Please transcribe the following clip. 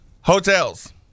Hotels